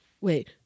wait